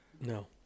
No